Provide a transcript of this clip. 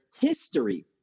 history